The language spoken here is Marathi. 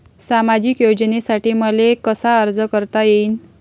सामाजिक योजनेसाठी मले कसा अर्ज करता येईन?